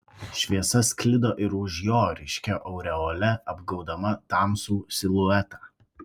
šviesa sklido ir už jo ryškia aureole apgaubdama tamsų siluetą